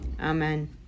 amen